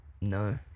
no